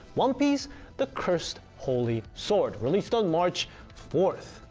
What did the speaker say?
one piece the cursed holy sword, released on march fourth.